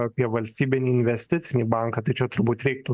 apie valstybinį investicinį banką tai čia turbūt reiktų